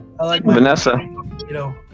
Vanessa